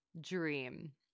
dream